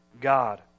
God